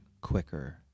quicker